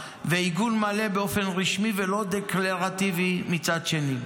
עיגון מלא באופן רשמי ולא דקלרטיבי מצד שני.